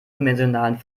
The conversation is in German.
dimensionalen